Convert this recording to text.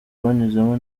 banyuzemo